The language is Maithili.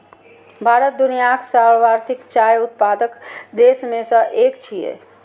भारत दुनियाक सर्वाधिक चाय उत्पादक देश मे सं एक छियै